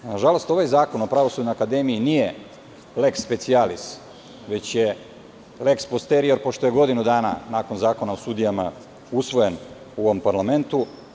Nažalost, ovaj zakon o Pravosudnoj akademiji nije leks specialis, već je leks posterior, pošto je godinu dana nakon Zakona o sudijama usvojen u ovom parlamentu.